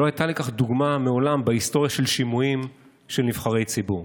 לא הייתה לכך דוגמה מעולם בהיסטוריה של שימועים של נבחרי ציבור.